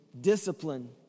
discipline